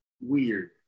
Weird